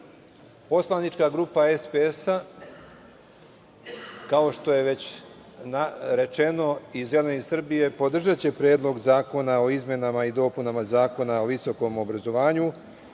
uradio. Poslanička grupa SPS kao što je već rečeno i Zeleni Srbije podržaće Predlog zakona o izmenama i dopunama Zakona o visokom obrazovanju